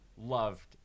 Loved